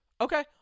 Okay